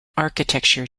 architecture